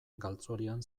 galtzorian